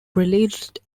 released